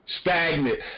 stagnant